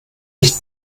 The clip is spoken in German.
ich